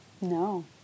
No